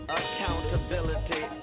accountability